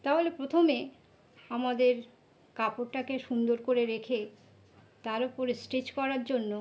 তাহলে প্রথমে আমাদের কাপড়টাকে সুন্দর করে রেখে তার ওপরে স্টিচ করার জন্য